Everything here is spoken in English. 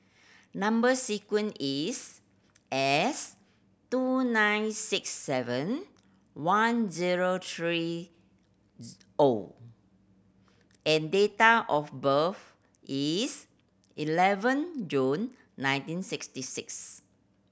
number sequence is S two nine six seven one zero three O and date of birth is eleven June nineteen sixty six